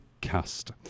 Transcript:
cast